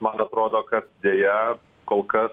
man atrodo kad deja kol kas